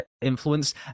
Influence